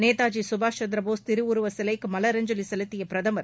நேதாஜி சுபாஷ் சந்திரபோஸ் திருவுருவச் சிலைக்கு மலரஞ்சலி செலுத்திய பிரதமர்